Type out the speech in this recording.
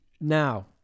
Now